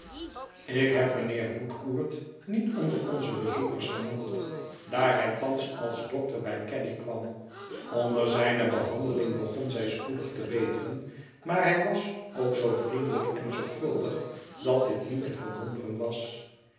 ik heb mijnheer woodcourt niet onder onze bezoekers genoemd daar hij thans als dokter bij caddy kwam onder zijne behandeling begon zij spoedig te beteren maar hij was ook zoo vriendelijk en zorgvuldig dat dit niet te verwonderen was